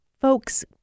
folks